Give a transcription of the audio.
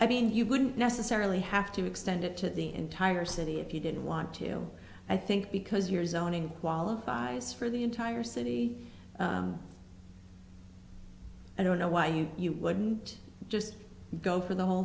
i mean you wouldn't necessarily have to extend it to the entire city if you didn't want to i think because your zoning qualifies for the entire city i don't know why you wouldn't just go for the whole